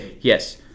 Yes